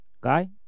guy